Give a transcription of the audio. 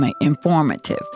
informative